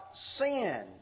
sin